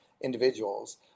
individuals